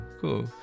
cool